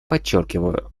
подчеркиваю